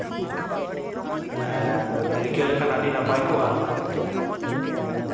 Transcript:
ᱨᱤᱠᱟᱹ ᱞᱮᱠᱷᱟᱱ ᱟᱹᱰᱤ ᱱᱟᱯᱟᱭ ᱠᱚᱜᱼᱟ